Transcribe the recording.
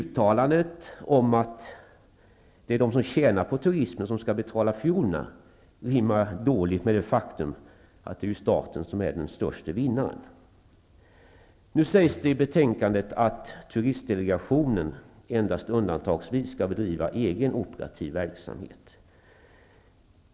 Uttalandet om att det är de som tjänar på turismen som skall stå för fiolerna rimmar alltså dåligt med det faktum att staten är den största vinnaren. I betänkandet sägs det att turistdelegationen endast undantagsvis skall bedriva egen operativ verksamhet.